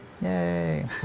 Yay